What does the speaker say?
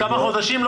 כמה חודשים?